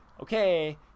okay